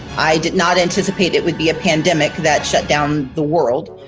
i did not anticipate it would be a pandemic that shut down the world,